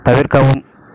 தவிர்க்கவும்